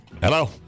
Hello